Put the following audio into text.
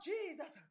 Jesus